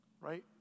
right